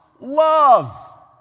Love